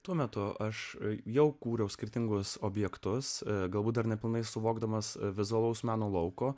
tuo metu aš jau kūriau skirtingus objektus galbūt dar nepilnai suvokdamas vizualaus meno lauko